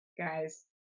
guys